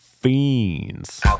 fiends